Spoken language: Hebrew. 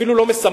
אפילו לא משמח,